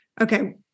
okay